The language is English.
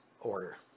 order